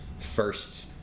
first